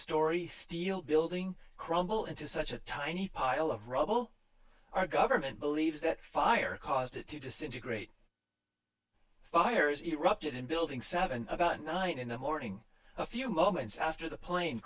story steel building crumble into such a tiny pile of rubble our government believes that fire caused it to disintegrate fires erupted in building seven about night in the morning a few moments after the plane